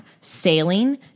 sailing